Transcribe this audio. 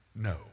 No